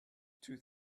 two